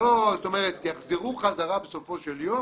זאת אומרת, יחזרו בחזרה בסופו של דבר